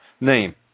name